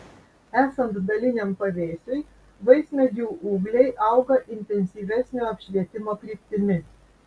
esant daliniam pavėsiui vaismedžių ūgliai auga intensyvesnio apšvietimo kryptimi